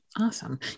Awesome